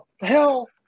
hell